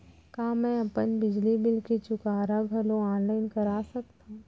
का मैं अपन बिजली बिल के चुकारा घलो ऑनलाइन करा सकथव?